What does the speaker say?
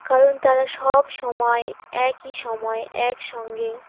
কারণ তারা সব সময় একই সময় একসঙ্গে